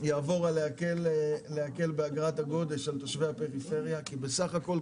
יעבור להקל באגרת הגודש על תושבי הפריפריה כי בסך הכול,